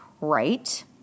right